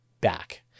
back